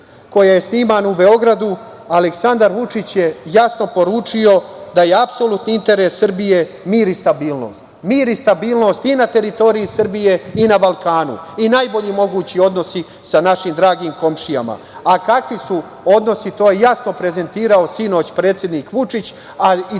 koja je snimana u Beogradu, Aleksandar Vučić je jasno poručio da apsolutni interes Srbije mir i stabilnost, mir i stabilnost i na teritoriji Srbije i na Balkanu i najbolji mogući odnosi sa našim dragim komšijama. Kakvi su odnosi, to je jasno prezentirao sinoć predsednik Vučić, i